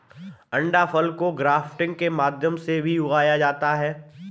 अंडाफल को ग्राफ्टिंग के माध्यम से भी उगाया जा सकता है